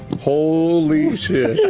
holy shit.